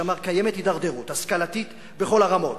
שאמר: קיימת הידרדרות השכלתית בכל הרמות.